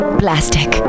plastic